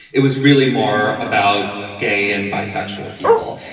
it was really more about gay and bisexual people.